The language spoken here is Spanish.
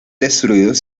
destruidos